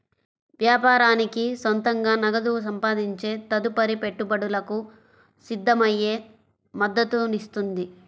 వ్యాపారానికి సొంతంగా నగదు సంపాదించే తదుపరి పెట్టుబడులకు సిద్ధమయ్యే మద్దతునిస్తుంది